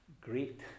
great